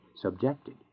subjected